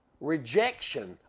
rejection